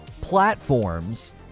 platforms